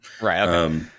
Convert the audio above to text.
Right